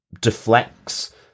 deflects